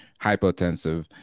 hypotensive